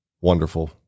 wonderful